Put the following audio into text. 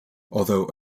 although